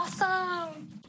Awesome